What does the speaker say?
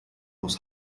aus